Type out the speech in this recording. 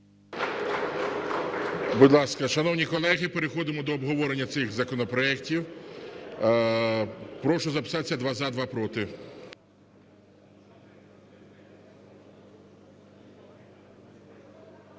Будь ласка, шановні колеги, переходимо до обговорення цих законопроектів. Прошу записатися: два – за, два – проти.